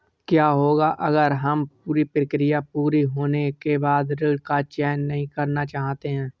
क्या होगा अगर हम पूरी प्रक्रिया पूरी होने के बाद ऋण का चयन नहीं करना चाहते हैं?